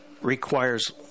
requires